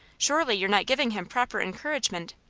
surely you're not giving him proper encouragement!